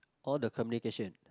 all the communication